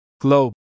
Globe